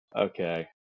Okay